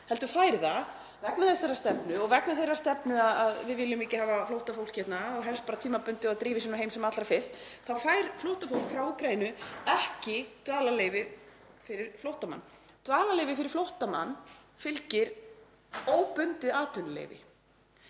heldur fær það — vegna þessarar stefnu og vegna þeirrar stefnu að við viljum ekki hafa flóttafólk hérna, og helst bara tímabundið og það drífi sig heim sem allra fyrst, þá fær flóttafólk frá Úkraínu ekki dvalarleyfi fyrir flóttamann. Dvalarleyfi fyrir flóttamann fylgir óbundið atvinnuleyfi.